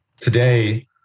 Today